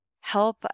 help